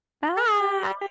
Bye